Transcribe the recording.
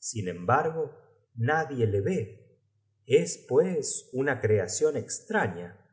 sin embargo nadie le ve es pues una creacion estraña